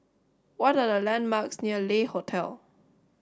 what are the landmarks near Le Hotel